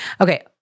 Okay